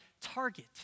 target